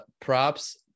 props